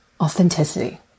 authenticity